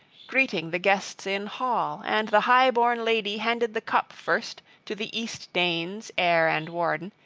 greeting the guests in hall and the high-born lady handed the cup first to the east-danes' heir and warden,